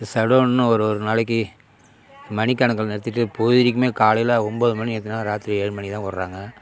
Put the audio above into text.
இது ஷட்டௌன்னு ஒரு ஒரு நாளைக்கு மணி கணக்கில் நிறுத்திட்டு பொழுதனைக்குமே காலையில் ஒம்பது மணி நிறுத்துனால் ராத்திரி ஏழு மணி தான் விட்றாங்க